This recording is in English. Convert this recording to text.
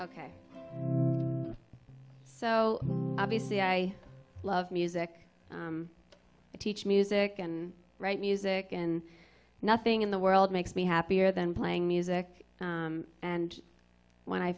ok so obviously i love music and teach music and write music and nothing in the world makes me happier than playing music and when i